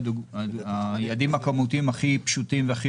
היעדים הכמותיים הכי פשוטים והכי